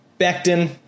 Becton